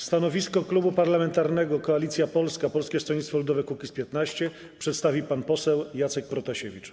Stanowisko Klubu Parlamentarnego Koalicja Polska - Polskie Stronnictwo Ludowe - Kukiz15 przedstawi pan poseł Jacek Protasiewicz.